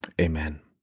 Amen